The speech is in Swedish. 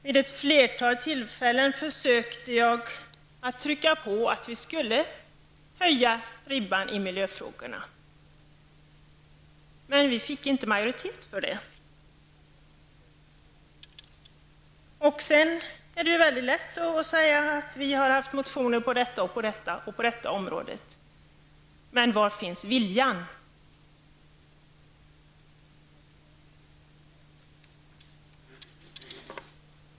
Vid ett flertal tillfällen försökte jag att trycka på för att ribban skulle höjas när det gäller miljöfrågorna, men vi fick ingen majoritet för detta. Det är lätt att säga att man har avgett motioner på område efter område. Men var finns viljan?